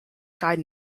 guide